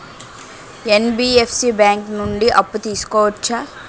NBFC bank నుండి అప్పు తీసుకోవచ్చా?